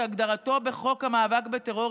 כהגדרתו בחוק המאבק בטרור,